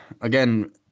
again